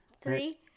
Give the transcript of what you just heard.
Three